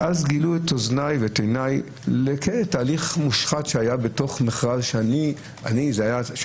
ואז גילו את אוזניי ואת עיניי לתהליך מושחת שהיה בתוך מכרז שאני הובלתי,